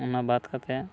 ᱚᱱᱟ ᱵᱟᱫᱽ ᱠᱟᱛᱮ